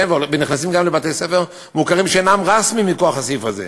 ונכנסים גם לבתי-ספר מוכרים שאינם רשמים מכוח הסעיף הזה,